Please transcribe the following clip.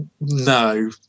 No